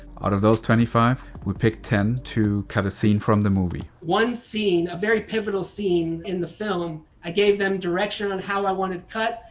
out of those twenty five, we picked ten to cut a scene from the movie. one scene, a very pivotal scene in the film, i gave them direction on how i wanted it cut,